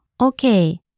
okay